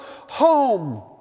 home